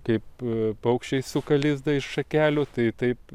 kaip paukščiai suka lizdą iš šakelių tai taip